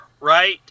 right